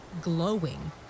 glowing